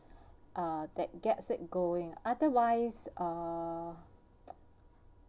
uh that gets it going otherwise uh